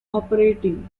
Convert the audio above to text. operating